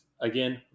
again